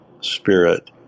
spirit